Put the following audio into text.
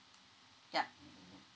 ya